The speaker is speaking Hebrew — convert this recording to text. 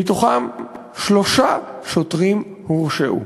מהם שלושה שוטרים הורשעו.